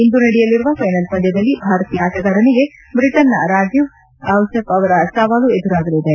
ಇಂದು ನಡೆಯಲಿರುವ ಫೈನಲ್ ಪಂದ್ಯದಲ್ಲಿ ಭಾರತೀಯ ಆಟಗಾರನಿಗೆ ಬ್ರಿಟನ್ನಿನ ರಾಜೀವ್ ಡಿಸೆಫ್ ಅವರ ಸವಾಲು ಎದುರಾಗಲಿದೆ